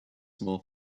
more